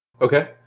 Okay